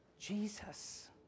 Jesus